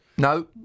No